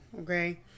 Okay